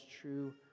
true